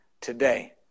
today